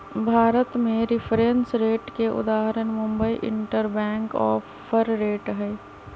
भारत में reference rate के उदाहरण मुंबई इंटरबैंक ऑफर रेट हइ